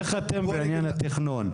איך אתם בעניין התכנון?